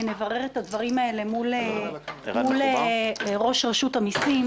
אצל ראש רשות המיסים,